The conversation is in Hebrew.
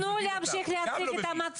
תנו להמשיך להציג את המצגת.